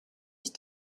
ich